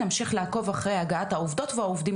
נמשיך לעקוב אחרי הגעת העובדות והעובדים